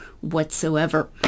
whatsoever